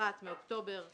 אחת מאוקטובר 17'